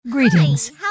Greetings